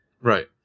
Right